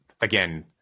Again